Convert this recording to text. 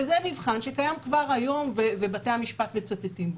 וזה מבחן שקיים כבר היום ובתי המשפט מצטטים בו.